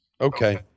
Okay